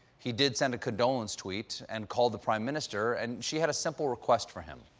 he did send a condolence tweet, and called the prime minister, and she had a simple request for him.